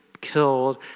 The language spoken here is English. killed